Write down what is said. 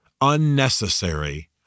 unnecessary